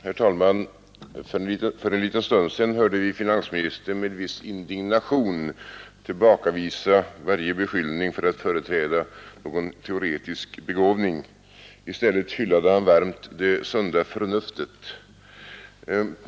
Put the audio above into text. Herr talman! För en liten stund sedan hörde vi finansministern med en viss indignation tillbakavisa varje beskyllning för att företräda någon teoretisk begåvning. I stället hyllar han varmt det sunda förnuftet.